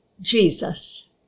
Jesus